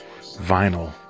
vinyl